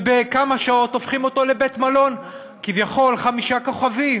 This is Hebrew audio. ובכמה שעות הופכים אותו לבית-מלון כביכול חמישה כוכבים,